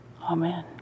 Amen